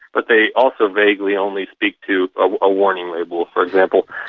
but they also vaguely only speak to a warning label, for example.